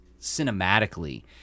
cinematically